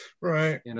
Right